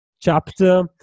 chapter